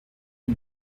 les